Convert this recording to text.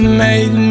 make